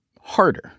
harder